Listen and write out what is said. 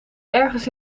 ergens